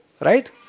right